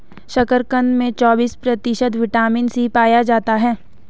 शकरकंद में चौबिस प्रतिशत विटामिन सी पाया जाता है